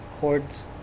Hordes